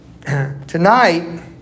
Tonight